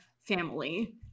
family